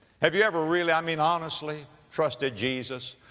have you ever really, i mean honestly, trusted jesus?